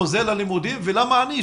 חוזר ללימודים ולמה אני,